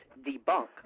debunk